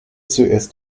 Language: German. zuerst